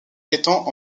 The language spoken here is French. étant